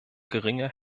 geringe